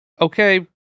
Okay